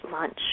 lunch